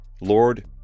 Lord